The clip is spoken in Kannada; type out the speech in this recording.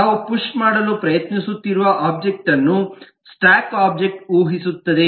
ನಾವು ಪುಶ್ ಮಾಡಲು ಪ್ರಯತ್ನಿಸುತ್ತಿರುವ ಒಬ್ಜೆಕ್ಟ್ ಅನ್ನು ಸ್ಟಾಕ್ ಒಬ್ಜೆಕ್ಟ್ ಊಹಿಸುತ್ತದೆ